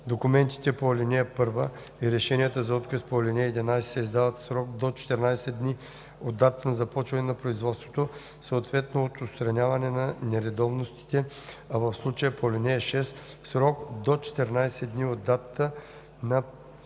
Документите по ал. 1 и решенията за отказ по ал. 11 се издават в срок до 14 дни от датата на започване на производството, съответно от отстраняване на нередовностите, а в случаите по ал. 6 – в срок до 14 дни от датата на представяне